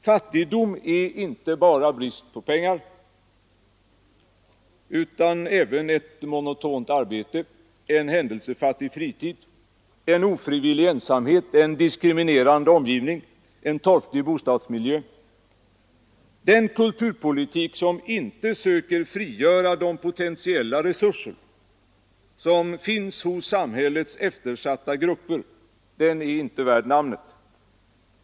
Fattigdom är inte bara brist på pengar utan även ett monotont arbete, en händelsefattig fritid, en ofrivillig ensamhet, en diskriminerande omgivning, en torftig bostadsmiljö. Den kulturpolitik som inte söker frigöra de potentiella resurser som finns hos samhällets eftersatta grupper — den är inte värd namnet.